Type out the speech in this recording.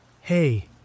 Hey